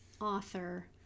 author